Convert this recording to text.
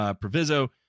proviso